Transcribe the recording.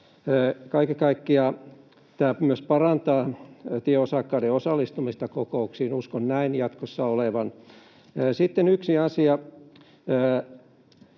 tämä myös parantaa tieosakkaiden osallistumista kokouksiin. Uskon näin jatkossa olevan. Sitten